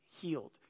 healed